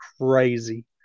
crazy